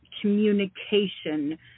communication